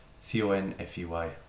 C-O-N-F-E-Y